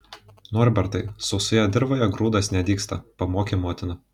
norbertai sausojoje dirvoje grūdas nedygsta pamokė motina